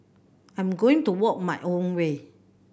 I'm going to walk my own way